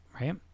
right